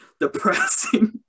depressing